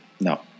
No